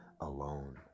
alone